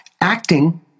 Acting